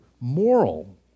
moral